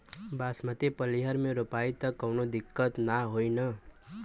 बासमती पलिहर में रोपाई त कवनो दिक्कत ना होई न?